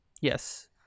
Yes